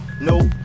Nope